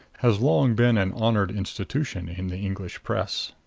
has long been an honored institution in the english press.